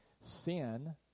Sin